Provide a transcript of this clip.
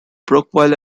brockville